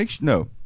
No